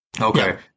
okay